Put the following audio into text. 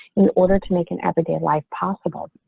in order to make an everyday life possible.